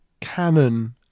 Canon